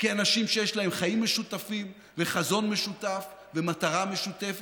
כאנשים שיש להם חיים משותפים וחזון משותף ומטרה משותפת,